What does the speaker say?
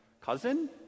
cousin